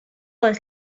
les